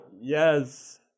Yes